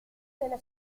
della